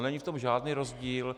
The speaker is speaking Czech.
Není v tom žádný rozdíl.